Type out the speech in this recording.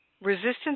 Resistance